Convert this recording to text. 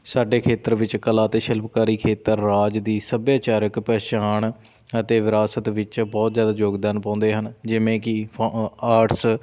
ਸਾਡੇ ਖੇਤਰ ਵਿੱਚ ਕਲਾ ਅਤੇ ਸ਼ਿਲਪਕਾਰੀ ਖੇਤਰ ਰਾਜ ਦੀ ਸੱਭਿਆਚਾਰਿਕ ਪਹਿਚਾਣ ਅਤੇ ਵਿਰਾਸਤ ਵਿੱਚ ਬਹੁਤ ਜ਼ਿਆਦਾ ਯੋਗਦਾਨ ਪਾਉਂਦੇ ਹਨ ਜਿਵੇਂ ਕਿ ਆਰਟਸ